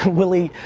willie,